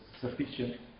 sufficient